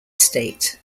state